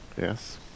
Yes